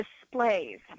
displays